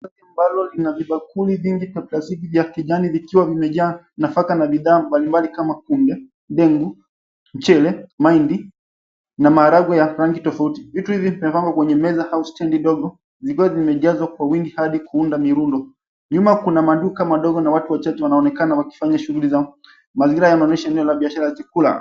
Ambalo lina vibakuli vyingi vya plastiki vya kijani vikiwa vimejaa nafaka na bidhaa mbalimbali kama kunde, dengu, mchele, mahindi na mharagwe ya rangi tofauti. Viti hivi vimepangwa kwenye meza au stendi ndogo vikiwa vimejazwa kwa wingi adi kuunda mirundo. Nyuma kuna maduka madogo na watu wachache wanaonekana wakifanya shughuli zao. Mazingira yanaonyesha eneo la biashara ya chakula.